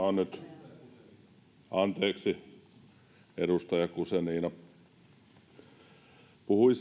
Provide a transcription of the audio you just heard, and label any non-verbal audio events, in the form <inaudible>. <unintelligible> on nyt anteeksi edustaja guzenina puhui <unintelligible>